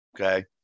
okay